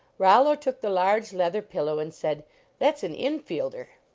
rollo took the large leather pillow and said that s an infielder.